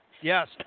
Yes